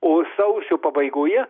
o sausio pabaigoje